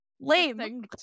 Lame